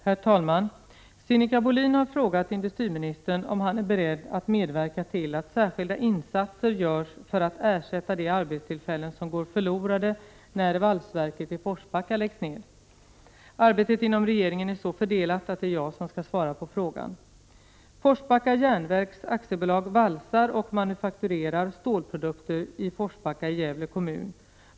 Herr talman! Sinikka Bohlin har frågat industriministern om han är beredd att medverka till att särskilda insatser görs för att ersätta de arbetstillfällen som går förlorade när valsverket i Forsbacka läggs ned. Arbetet inom regeringen är så fördelat att det är jag som skall svara på frågan. Forsbacka Jernverks AB valsar och manufakturerar stålprodukter i Forsbacka i Gävle kommun.